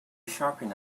sharpened